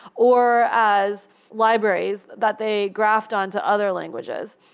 or as libraries that they graphed on to other languages.